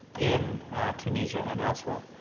in tunisia and elsewhere.